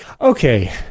Okay